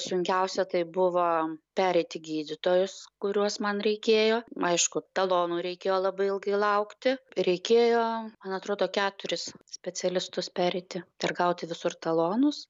sunkiausia tai buvo pereiti gydytojus kuriuos man reikėjo aišku talonų reikėjo labai ilgai laukti reikėjo man atrodo keturis specialistus pereiti ir gauti visur talonus